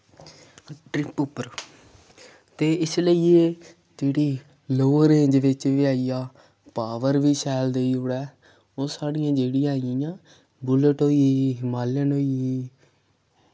trip उप्पर ते इसलेई एह् जेह्ड़ी लो रेंज बिच्च बी आई जा पावर बी शैल देई ओड़ै ओह् साढ़ियां जेह्ड़ी आई गेइयां बुलेट होई गेई हिमालयन होई गेई